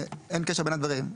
אין קשר בין הדברים.